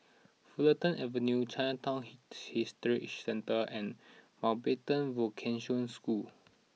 Fulton Avenue Chinatown Heritage Centre and Mountbatten Vocational School